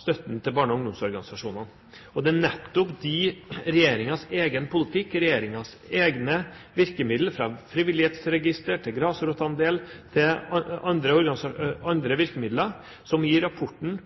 støtten til barne- og ungdomsorganisasjonene. Og det er nettopp regjeringens egen politikk, regjeringens egne virkemidler – fra frivillighetsregister til grasrotandel til andre virkemidler – som i rapporten